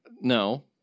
No